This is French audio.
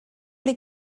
les